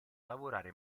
lavorare